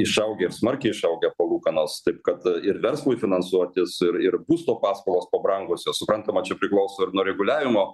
išaugę ir smarkiai išaugę palūkanos taio kad ir verslui finansuotis ir ir būsto paskolos pabrangusios suprantama čia priklauso ir nuo reguliavimo